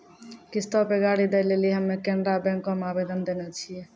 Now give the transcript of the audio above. किश्तो पे गाड़ी दै लेली हम्मे केनरा बैंको मे आवेदन देने छिये